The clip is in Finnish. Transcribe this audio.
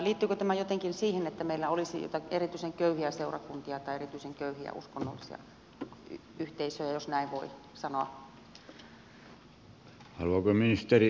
liittyykö tämä jotenkin siihen että meillä olisi erityisen köyhiä seurakuntia tai erityisen köyhiä uskonnollisia yhteisöjä jos näin voi sanoa